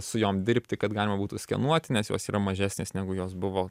su jom dirbti kad galima būtų skenuoti nes jos yra mažesnės negu jos buvo